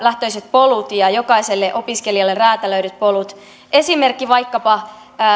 polut ja jokaiselle opiskelijalle räätälöidyt polut esimerkki vaikkapa